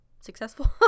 successful